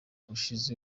ubushize